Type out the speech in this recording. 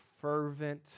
fervent